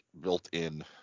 built-in